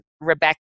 Rebecca